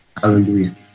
Hallelujah